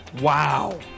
Wow